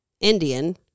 Indian